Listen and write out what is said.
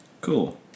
cool